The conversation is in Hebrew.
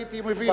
הייתי מבין,